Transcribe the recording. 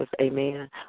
Amen